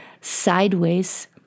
sideways